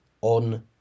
on